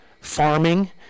farming